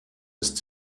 ist